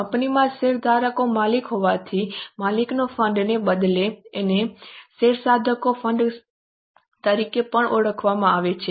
કંપનીમાં શેરધારકો માલિકો હોવાથી માલિકોના ફંડ ને બદલે તેને શેરધારકોના ફંડ તરીકે પણ ઓળખવામાં આવે છે